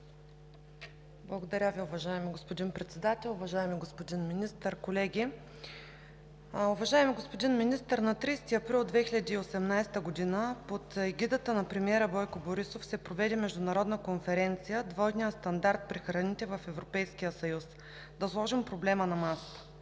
Благодаря Ви, уважаеми господин Председател. Уважаеми господин Министър, колеги! Уважаеми господин Министър, на 30 април 2018 г. под егидата на премиера Бойко Борисов се проведе Международна конференция „Двойният стандарт при храните в Европейския съюз – да сложим проблема на масата!“.